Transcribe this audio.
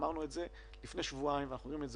אמרנו את זה לפני שבועיים ואנחנו אומרים את זה